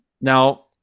now